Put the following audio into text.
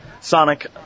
Sonic